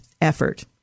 effort